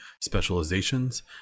specializations